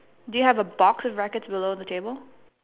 do you have a box of rackets below the table